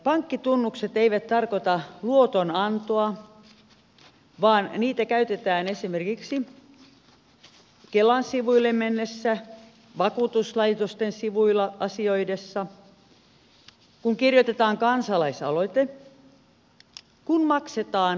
pankkitunnukset eivät tarkoita luotonantoa vaan niitä käytetään esimerkiksi kelan sivuille mentäessä vakuutuslaitosten sivuilla asioidessa kun kirjoitetaan kansalaisaloite kun maksetaan edullisemmin laskuja